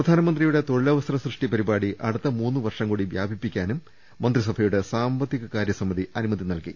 പ്രധാനമന്ത്രിയുടെ തൊഴിലവസര സൃഷ്ടി പരിപാടി അടുത്ത മൂന്ന് വർഷം കൂടി വ്യാപിപ്പിക്കാനും മന്ത്രിസഭയുടെ സാമ്പ ത്തികകാരൃ സമിതി അനുമതി നൽകി